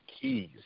keys